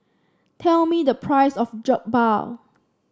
tell me the price of Jokbal